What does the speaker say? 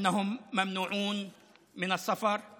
פתאום נאסרת עליהם הנסיעה.)